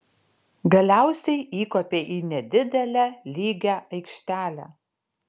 galiausiai įkopė į nedidelę lygią aikštelę